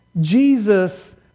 Jesus